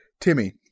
Timmy